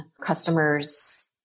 customers